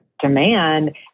demand